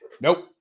Nope